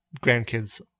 grandkids